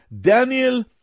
Daniel